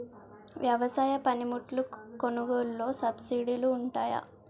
వ్యవసాయ పనిముట్లు కొనుగోలు లొ సబ్సిడీ లు వుంటాయా?